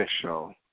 official